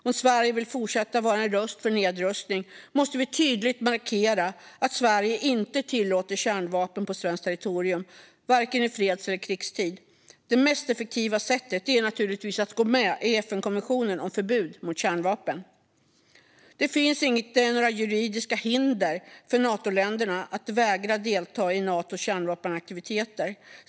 Om Sverige vill fortsätta vara en röst för nedrustning måste vi tydligt markera att Sverige inte tillåter kärnvapen på svenskt territorium vare sig i fredstid eller i krigstid. Det mest effektiva sättet är naturligtvis att gå med i FN-konventionen om förbud mot kärnvapen. Det finns inte några juridiska hinder för Natoländerna att vägra delta i Natos kärnvapenaktiviteter.